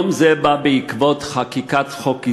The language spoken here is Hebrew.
יום זה בא בעקבות חקיקת חוק היסטורי,